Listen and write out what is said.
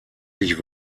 sich